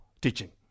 teaching